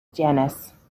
genus